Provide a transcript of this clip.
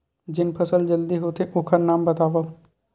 जेन फसल जल्दी होथे ओखर नाम बतावव?